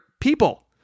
people